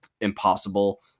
impossible